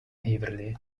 heverlee